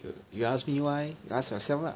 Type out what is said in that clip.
you ask me why you ask yourself lah